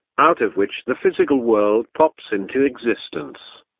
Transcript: out of which the physical world pops into existence.